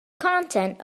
content